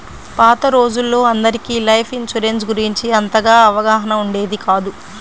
పాత రోజుల్లో అందరికీ లైఫ్ ఇన్సూరెన్స్ గురించి అంతగా అవగాహన ఉండేది కాదు